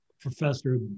professor